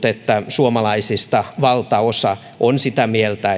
suomalaisista valtaosa on sitä mieltä että on oikein että